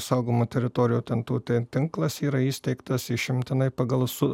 saugomų teritorijų ten tų ten tinklas yra įsteigtas išimtinai pagal su